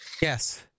Yes